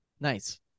Nice